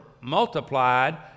multiplied